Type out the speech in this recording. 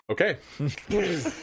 Okay